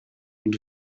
und